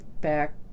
back